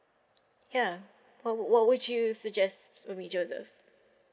ya what what would you suggest to me joseph